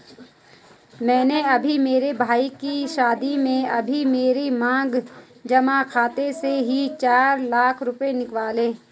मैंने अभी मेरे भाई के शादी में अभी मेरे मांग जमा खाते से ही चार लाख रुपए निकलवाए थे